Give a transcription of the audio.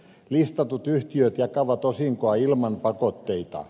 listatut yhtiöt jakavat osinkoa ilman pakotteita